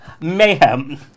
Mayhem